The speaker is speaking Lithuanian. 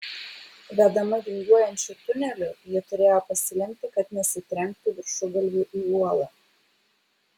vedama vingiuojančiu tuneliu ji turėjo pasilenkti kad nesitrenktų viršugalviu į uolą